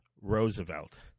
Roosevelt